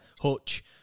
Hutch